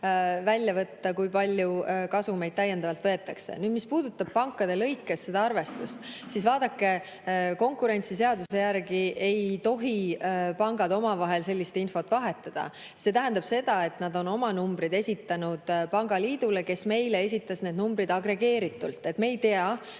välja [arvutada], kui palju kasumit täiendavalt välja võetakse. Mis puudutab pankade lõikes seda arvestust, siis vaadake, konkurentsiseaduse järgi ei tohi pangad omavahel sellist infot vahetada. See tähendab seda, et nad esitasid oma numbrid pangaliidule, kes meile esitas need numbrid agregeeritult. Me tegelikult